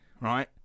right